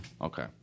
Okay